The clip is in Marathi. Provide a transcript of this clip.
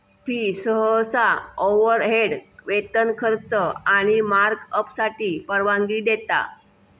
फी सहसा ओव्हरहेड, वेतन, खर्च आणि मार्कअपसाठी परवानगी देता